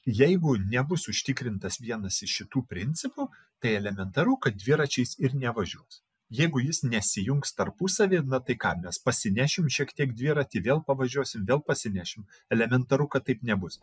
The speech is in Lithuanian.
jeigu nebus užtikrintas vienas iš šitų principų tai elementaru kad dviračiais ir nevažiuos jeigu jis nesijungs tarpusavyje na tai ką mes pasinešiu šiek tiek dviratį vėl pavažiuosiu bei pasinešiu elementaru kad taip nebus